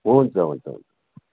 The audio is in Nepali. हुन्छ हुन्छ हुन्छ